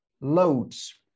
loads